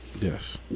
Yes